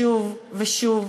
ושוב ושוב,